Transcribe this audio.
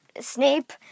Snape